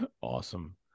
Awesome